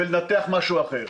ולנתח משהו אחר.